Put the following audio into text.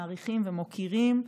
מעריכים ומוקירים.